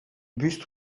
bustes